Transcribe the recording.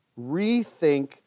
rethink